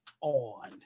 on